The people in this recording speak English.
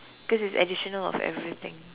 cause it's additional of everything